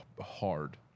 hard